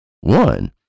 One